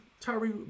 Tyree